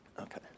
Okay